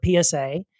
PSA